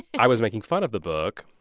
i was making fun of the book,